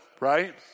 right